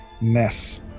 mess